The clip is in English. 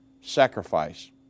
sacrifice